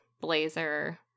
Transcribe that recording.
blazer